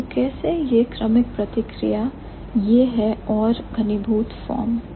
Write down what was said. तो कैसे यह क्रमिक प्रतिक्रिया यह हैं और घनीभूत फॉर्म्स